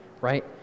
right